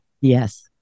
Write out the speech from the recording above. Yes